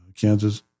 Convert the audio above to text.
Kansas